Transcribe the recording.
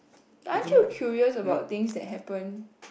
I'll feel curious about things that happened